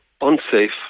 unsafe